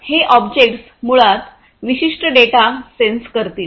तर हे ऑब्जेक्ट्स मुळात विशिष्ट डेटा सेन्स करतील